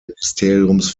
ministeriums